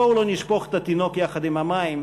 בואו לא נשפוך את התינוק עם המים,